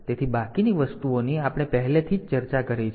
તેથી બાકીની વસ્તુઓની આપણે પહેલેથી જ ચર્ચા કરી છે